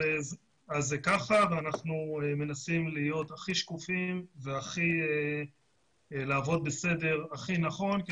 אנחנו מנסים להיות הכי שקופים ולעבוד בסדר הכי נכון,